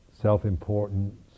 self-importance